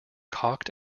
cocked